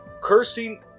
cursing